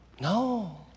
No